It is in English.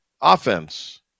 offense